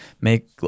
make